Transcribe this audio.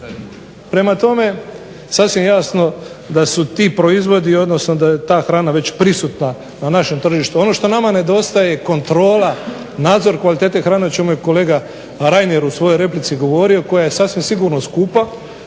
Prema tome, sasvim je jasno da su ti proizvodi odnosno da je ta hrana već prisutna na našem tržištu. Ono što nama nedostaje je kontrola, nadzor kvalitete hrane o čemu je kolege Reiner u svojoj replici govorio, koja je sasvim sigurno skupa,